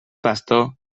pastor